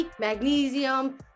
magnesium